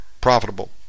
profitable